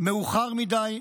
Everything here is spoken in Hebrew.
מאוחר מדי,